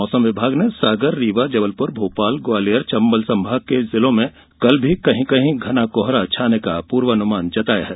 मौसम विभाग ने सागर रीवा जबलपुर भोपाल ग्वालियर चंबल संभाग के जिलों में कल भी कहीं कहीं घना कोहरा छाने का पूर्वानुमान जताया है